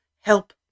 Help